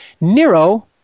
Nero